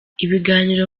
ibiganiro